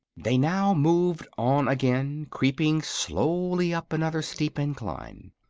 they now moved on again, creeping slowly up another steep incline.